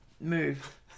move